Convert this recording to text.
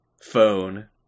Phone